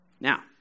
Now